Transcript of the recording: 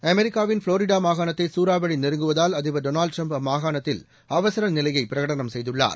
அமெரிக்காவின் ஃப்ளோரிடா மாகாணத்தை சூறாவளி நெருங்குவதால் அதிபர் டொனால்டு ட்ரம்ப் அம்மாகாணத்தில் அவசர நிலையை பிரகடனம் செய்துள்ளார்